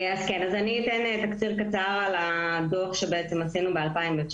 אני אתן תקציר קצר על הדוח שהכנו ב-2019.